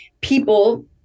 people